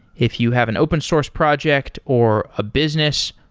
if you have an open source project, or a business,